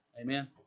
Amen